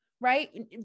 right